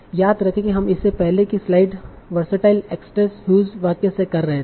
याद रखें कि हम इसे पहले की स्लाइड्स 'वर्सटाइल एक्ट्रेस हूज' वाक्य से कर रहे थे